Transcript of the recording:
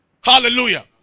Hallelujah